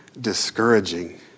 discouraging